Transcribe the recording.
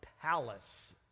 palace